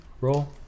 Roll